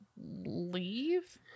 leave